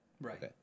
Right